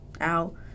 out